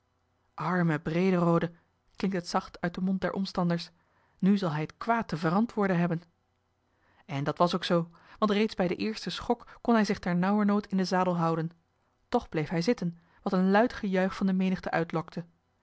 arme brederode klinkt het zacht uit den mond der omstanders nu zal hij het kwaad te verantwoorden hebben en dat was ook zoo want reeds bij den eersten schok kon hij zich ternauwernood in den zadel houden toch bleef hij zitten wat een luid gejuich van de menigte uitlokte